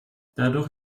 dadurch